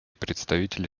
представители